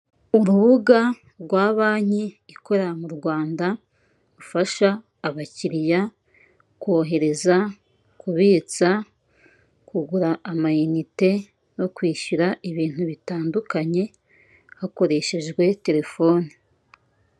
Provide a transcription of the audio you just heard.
Urubuga rwa banki ikorera mu Rwanda rufasha abakiriya kohereza, kubitsa, kugura amayinite no kwishyura ibintu bitandukanye hakoreshejwe telefone.